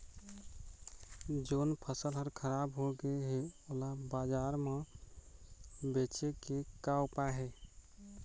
जोन फसल हर खराब हो गे हे, ओला बाजार म बेचे के का ऊपाय हे?